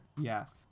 Yes